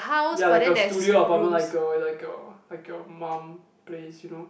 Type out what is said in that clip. ya like a studio apartment like a like a like a mum place you know